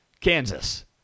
Kansas